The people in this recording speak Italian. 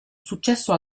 successo